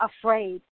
afraid